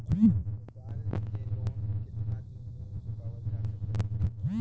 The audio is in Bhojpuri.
व्यापार के लोन कितना दिन मे चुकावल जा सकेला?